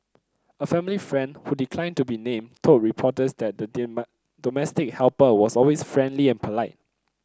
a family friend who declined to be named told reporters that the domestic helper was always friendly and polite